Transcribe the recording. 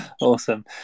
Awesome